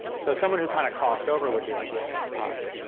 so someone who kind of crossed over would be like wolfgang puck.